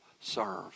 serve